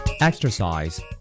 Exercise